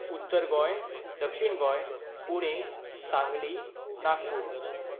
उत्तर गोंय दक्षीण गोंय पुणे सांगली नागपूर